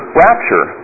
rapture